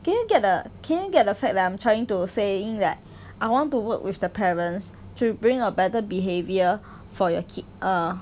can you get the can you get the fact that I'm trying to saying that I want to work with the parents to bring a better behaviour for your kid err